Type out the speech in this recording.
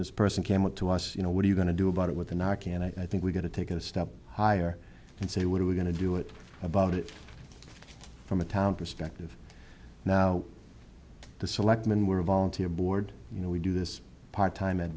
this person came up to us you know what are you going to do about it with a knock and i think we're going to take a step higher and say what are we going to do it about it from a town perspective now the selectmen were a volunteer board you know we do this part time at